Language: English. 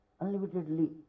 unlimitedly